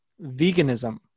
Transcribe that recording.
veganism